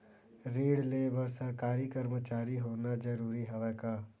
ऋण ले बर सरकारी कर्मचारी होना जरूरी हवय का?